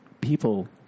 people